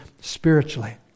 spiritually